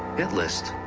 hit list?